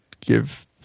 give